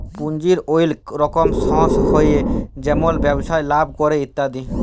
পুঁজির ওলেক রকম সর্স হ্যয় যেমল ব্যবসায় লাভ ক্যরে ইত্যাদি